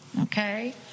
okay